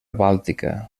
bàltica